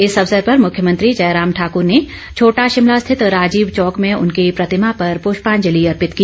इस अवसर पर मुख्यमंत्री जयराम ठाकर ने छोटा शिमला स्थित राजीव चौक में उनकी प्रतिमा पर पृष्पांजलि अर्पित की